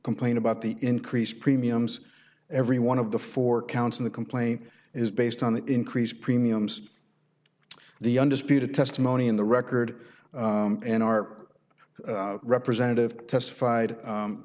complain about the increased premiums every one of the four counts in the complaint is based on the increased premiums the undisputed testimony in the record and our representative testified